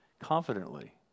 confidently